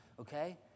Okay